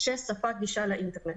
ספק גישה לאינטרנט,